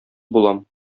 булам